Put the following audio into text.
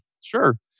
Sure